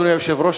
אדוני היושב-ראש,